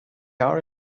are